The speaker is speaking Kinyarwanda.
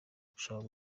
ugushaka